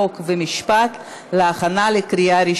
חוק ומשפט נתקבלה.